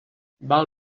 val